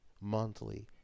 monthly